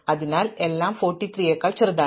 അതിനാൽ എല്ലാം 43 നെക്കാൾ ചെറുതാണ്